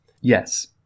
Yes